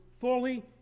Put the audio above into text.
fully